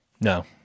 no